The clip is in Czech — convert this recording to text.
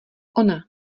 ona